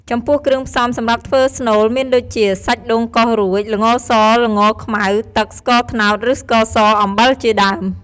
ចំពោះ គ្រឿងផ្សំសម្រាប់ធ្វើស្នូលមានដូចជា សាច់ដូងកោសរួច ល្ងស ល្ងខ្មៅ ទឹក ស្ករត្នោត ឬស្ករស អំបិលជាដើម។